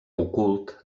ocult